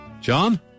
John